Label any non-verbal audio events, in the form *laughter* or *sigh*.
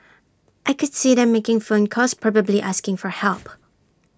I could see them making phone calls probably asking for help *noise*